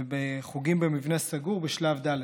ובחוגים במבנה סגור, בשלב ד'.